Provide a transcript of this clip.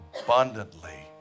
abundantly